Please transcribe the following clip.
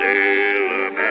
Sailor